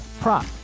prop